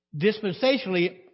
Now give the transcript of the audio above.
dispensationally